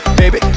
baby